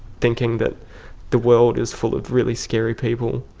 thinking that the world is full of really scary people.